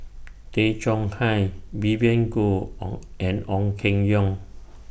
Tay Chong Hai Vivien Goh and Ong Keng Yong